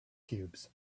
cubes